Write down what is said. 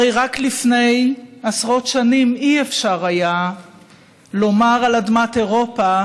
הרי רק לפני עשרות שנים לא היה אפשר לומר על אדמת אירופה